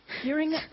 Hearing